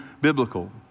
biblical